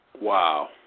Wow